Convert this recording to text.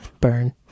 Burn